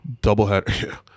Doubleheader